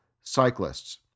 cyclists